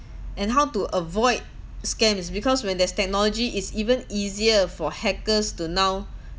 and how to avoid scam is because when there's technology it's even easier for hackers to now